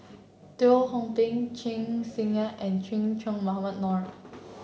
Teo Ho Pin Chen and Che Dah Mohamed Noor